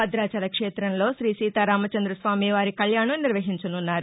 భద్రాచల క్షేతంలో శ్రీ సీతారామ చంద్రస్వామి వారి కళ్యాణం నిర్వహించనున్నారు